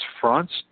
fronts